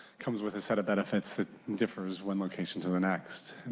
comes with a set of benefits that differs one location to the next.